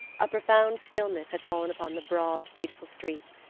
a profound stillness had fallen upon the broad, beautiful street.